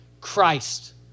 Christ